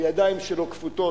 הידיים שלו כפותות,